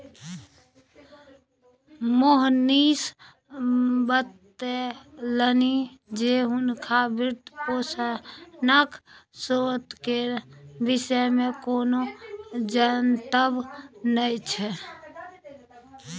मोहनीश बतेलनि जे हुनका वित्तपोषणक स्रोत केर विषयमे कोनो जनतब नहि छै